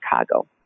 Chicago